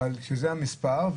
אבל שזה המספר,